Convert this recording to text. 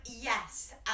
yes